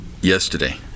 yesterday